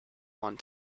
one